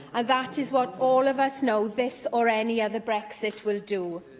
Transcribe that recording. ah that is what all of us know this or any other brexit will do.